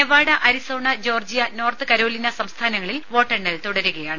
Nevada Arizona Georgia North Carolina സംസ്ഥാനങ്ങളിൽ വോട്ടെണ്ണൽ തുടരുകയാണ്